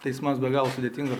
teismams be galo sudėtinga